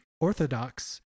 Orthodox